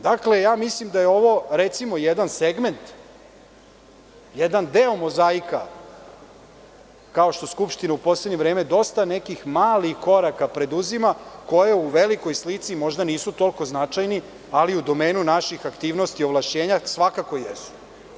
Dakle, mislim da je ovo, recimo, jedan segment, jedan deo mozaika, kao što Skupština u poslednje vreme dosta nekih malih koraka preduzima, koji u velikoj slici možda nisu toliko značajni, ali u domenu naših aktivnosti i ovlašćenja svakako jesu.